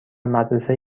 مدرسه